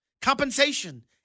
Compensation